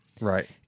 Right